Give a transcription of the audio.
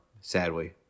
Sadly